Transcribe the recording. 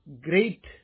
great